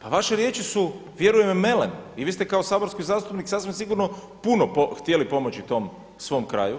Pa vaše riječi su vjerujem melem i vi ste kao saborski zastupnik sasvim sigurno puno htjeli pomoći tom svom kraju,